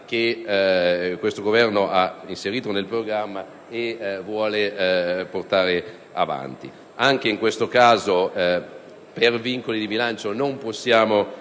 che il Governo ha inserito nel programma e che vuole portare avanti. Anche in questo caso, a causa dei vincoli di bilancio, non possiamo